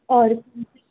اور